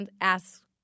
ask